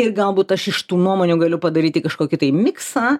ir galbūt aš iš tų nuomonių galiu padaryti kažkokį tai miksą